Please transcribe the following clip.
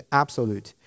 absolute